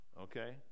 Okay